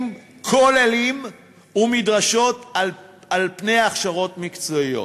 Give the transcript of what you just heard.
כוללים ומדרשות על-פני הכשרות מקצועיות,